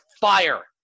fire